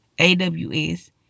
AWS